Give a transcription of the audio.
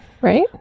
right